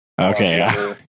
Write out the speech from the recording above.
Okay